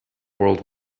world